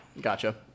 Gotcha